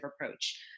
approach